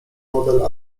model